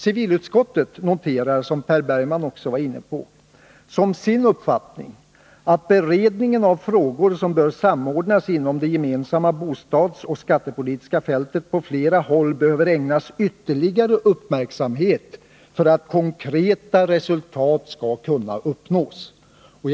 Civilutskottet noterar, som också Per Bergman var inne på, som sin uppfattning att beredningen av frågor som bör samordnas inom det gemensamma bostadsoch skattepolitiska fältet på flera håll behöver ägnas ytterligare uppmärksamhet för att man skall kunna uppnå konkreta resultat.